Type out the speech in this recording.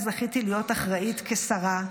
שעליה זכיתי להיות אחראית כשרה,